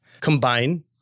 combine